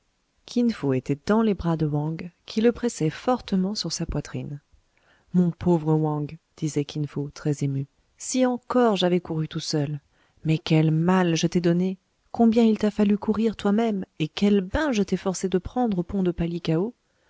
kin fo était dans les bras de wang qui le pressait fortement sur sa poitrine mon pauvre wang disait kin fo très ému si encore j'avais couru tout seul mais quel mal je t'ai donné combien il t'a fallu courir toi-même et quel bain je t'ai forcé de prendre au pont de palikao